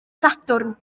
sadwrn